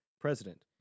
president